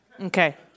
Okay